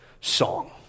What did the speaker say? song